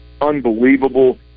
unbelievable